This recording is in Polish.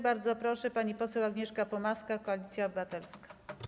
Bardzo proszę, pani poseł Agnieszka Pomaska, Koalicja Obywatelska.